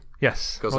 Yes